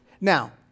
now